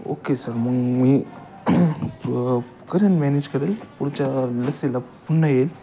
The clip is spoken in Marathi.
ओक्के सर मग मी करेन मॅनेज करेल पुढच्या लसीला पुन्हा येईल